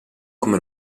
come